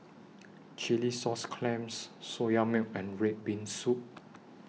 Chilli Sauce Clams Soya Milk and Red Bean Soup